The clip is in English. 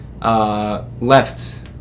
left